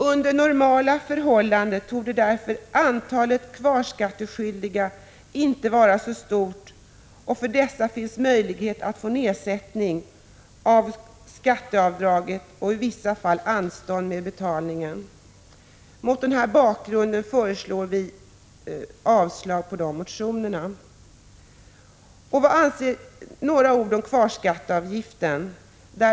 Under normala förhållanden torde därför antalet kvarskatteskyldiga inte vara så stort, och för dessa finns möjlighet att få nedsättning av skatteavdraget och i vissa fall anstånd med betalningen. Mot den bakgrunden föreslår vi avslag på dessa reservationer. Några ord om kvarskatteavgiften.